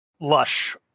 lush